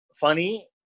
funny